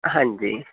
ਹਾਂਜੀ